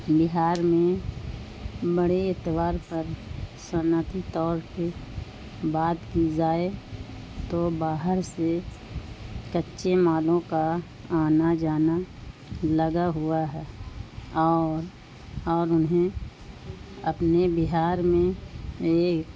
بہار میں بڑے اعتبار پر صنعتی طور پہ بات کی جائے تو باہر سے کچے مالوں کا آنا جانا لگا ہوا ہے اور اور انہیں اپنے بہار میں ایک